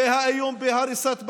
והאיום בהריסת בתים,